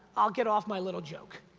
i'll get off my little joke.